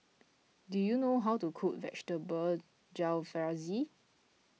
do you know how to cook Vegetable Jalfrezi